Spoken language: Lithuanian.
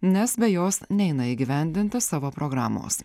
nes be jos neina įgyvendinti savo programos